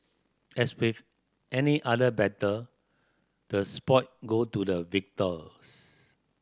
as with any other battle the spoil go to the victors